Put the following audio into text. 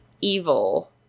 evil